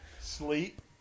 Sleep